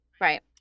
Right